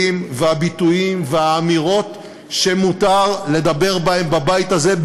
והביטויים והאמירות שמותר לדבר בהם בבית הזה,